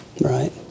Right